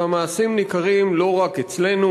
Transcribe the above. והמעשים ניכרים לא רק אצלנו,